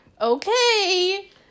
Okay